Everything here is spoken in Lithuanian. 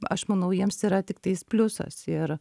aš manau jiems yra tiktais pliusas ir